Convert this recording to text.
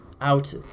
out